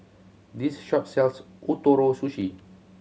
this shop sells Ootoro Sushi